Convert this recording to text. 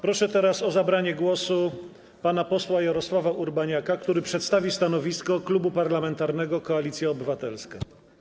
Proszę teraz o zabranie głosu pana posła Jarosława Urbaniaka, który przedstawi stanowisko Klubu Parlamentarnego Koalicja Obywatelska.